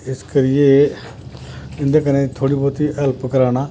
इस करिेये इं'दे क'न्ने थोह्ड़ी बहोती हेल्प कराना